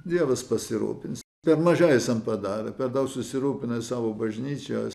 dievas pasirūpins kad mažai esam padarę per daug susirūpinom savo bažnyčia